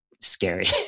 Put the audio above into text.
scary